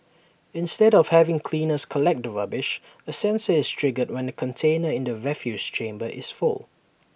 instead of having cleaners collect the rubbish A sensor is triggered when the container in the refuse chamber is full